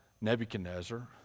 Nebuchadnezzar